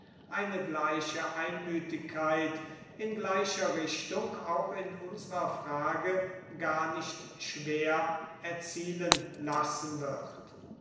eine gleiche einmütigkeit in gleicher richtung auch in unserer frage gar nicht schwer erzielen lassen wird